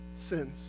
sins